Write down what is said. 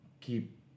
keep